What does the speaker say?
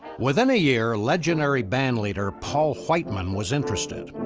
within a year, legendary bandleader paul whiteman was interested.